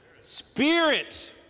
Spirit